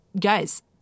guys